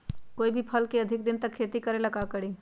कोई भी फल के अधिक दिन तक रखे के ले ल का करी?